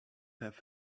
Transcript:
have